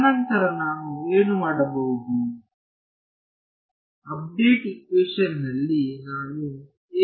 ತದನಂತರ ನಾನು ಏನು ಮಾಡಬಹುದು ಅಪ್ಡೇಟ್ ಇಕ್ವೇಶನ್ ನಲ್ಲಿ ನಾನು ಏನು ಬಯಸುತ್ತೇನೆ